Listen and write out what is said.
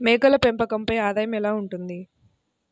మేకల పెంపకంపై ఆదాయం ఎలా ఉంటుంది?